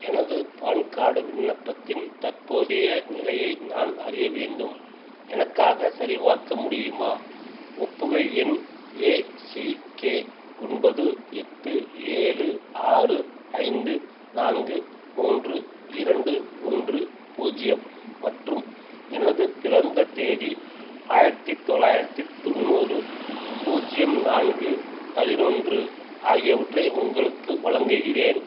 எனது PAN card விண்ணப்பத்தின் தற்போதைய நிலையை நான் அறிய வேண்டும் எனக்காக சரிபார்க்க முடியுமா ஒப்புகை எண் ஏசிகே ஒன்பது எட்டு ஏழு ஆறு ஐந்து நான்கு மூன்று இரண்டு ஒன்று பூஜ்ஜியம் மற்றும் எனது பிறந்த தேதி ஆயிரத்தி தொள்ளாயிரத்தி தொண்ணூறு பூஜ்ஜியம் நான்கு பதினொன்று ஆகியவற்றை உங்களுக்கு வழங்குகிறேன்